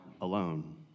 alone